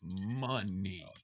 money